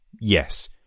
Yes